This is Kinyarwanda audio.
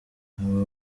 abo